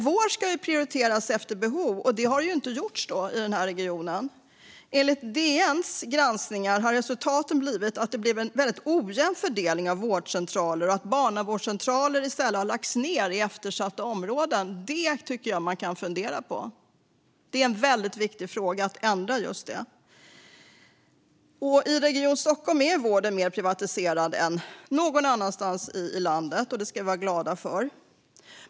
Vård ska ju prioriteras efter behov, och det har inte gjorts i denna region. Enligt DN:s granskningar har resultatet blivit en väldigt ojämn fördelning av vårdcentraler, och barnavårdscentraler har i stället lagts ned i eftersatta områden. Det tycker jag att man kan fundera på. Det är en väldigt viktig fråga att ändra på just det. I Region Stockholm är vården mer privatiserad än någon annanstans i landet, och det ska vi vara glada över.